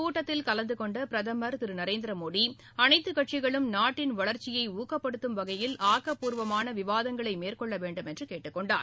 கூட்டத்தில் கலந்தகொண்ட பிரதமர் திரு நரேந்திர மோடி அனைத்து கட்சிகளும் நாட்டின் வளர்ச்சியை ஊக்கப்படுத்தும் வகையில் ஆக்கப்பூர்வமான விவாதங்களை மேற்கொள்ள வேண்டும் என்று கேட்டுக்கொண்டார்